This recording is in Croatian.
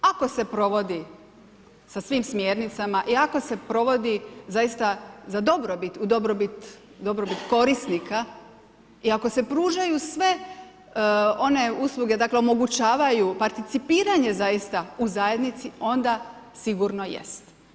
Ako se provodi sa svim smjernicama i ako se provodi zaista za dobrobit, u dobrobit korisnika i ako se pružaju sve one usluge, dakle omogućavaju participiranje zaista u zajednici, onda sigurno jest.